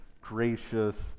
gracious